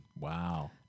Wow